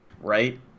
right